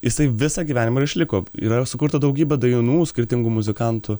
jisai visą gyvenimą ir išliko yra sukurta daugybė dainų skirtingų muzikantų